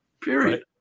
period